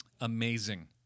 Amazing